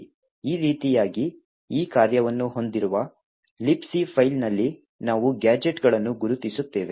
ಈ ರೀತಿಯಾಗಿ ಈ ಕಾರ್ಯವನ್ನು ಹೊಂದಿರುವ Libc ಫೈಲ್ನಲ್ಲಿ ನಾವು ಗ್ಯಾಜೆಟ್ಗಳನ್ನು ಗುರುತಿಸುತ್ತೇವೆ